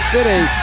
City